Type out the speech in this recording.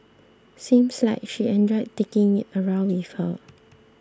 seems like she enjoyed taking it around with her